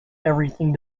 everything